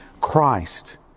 Christ